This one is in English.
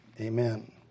Amen